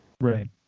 Right